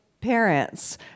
parents